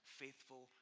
faithful